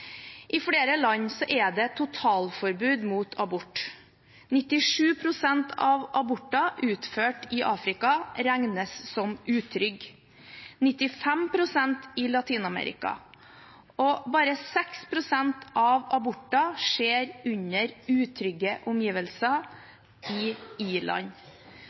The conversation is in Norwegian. I flere land er det totalforbud mot abort. 97 pst. av aborter utført i Afrika regnes som utrygge, 95 pst. i Latin-Amerika. Bare 6 pst. av aborter i i-land skjer under utrygge omgivelser.